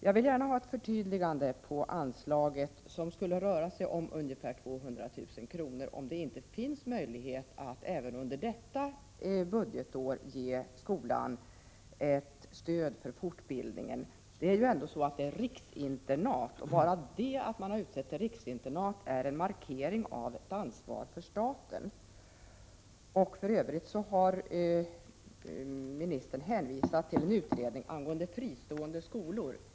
Jag vill gärna ha ett förtydligande av om det inte finns möjlighet att även under detta budgetår ge ett stöd för fortbildningen. Det skulle röra sig om ett anslag på ungefär 200 000 kr. Det är ändå fråga om riksinternat. Bara det att man utsett skolorna till riksinternat är en markering av statens ansvar. För övrigt har ministern hänvisat till en utredning angående fristående skolor.